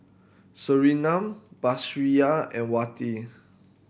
Surinam Batrisya and Wati